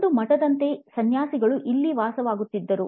ಒಂದು ಮಠದಂತೆ ಸನ್ಯಾಸಿಗಳು ಇಲ್ಲಿ ವಾಸಿಸುತ್ತಿದ್ದರು